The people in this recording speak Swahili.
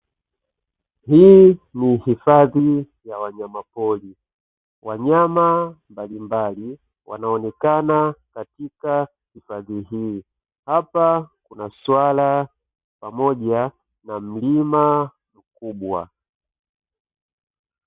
Hii ni hifadhi ya wanyamapori, wanyama mbalimbali, wanaonekana katika hifadhi hii hapa kuna Suala pamoja na mlima mkubwa.